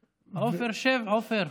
עופר, שב, עופר.